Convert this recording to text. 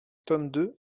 tome